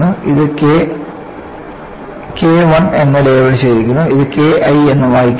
ഇത് k i എന്ന് വായിക്കരുത്